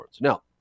Now